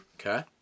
Okay